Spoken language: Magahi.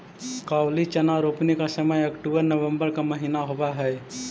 काबुली चना रोपने का समय अक्टूबर नवंबर का महीना होवअ हई